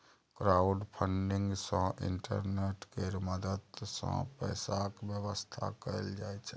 crowdfunding सँ internet केर मदद सँ पैसाक बेबस्था कएल जाइ छै